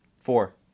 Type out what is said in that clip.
Four